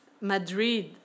Madrid